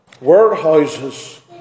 warehouses